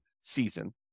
season